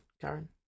Karen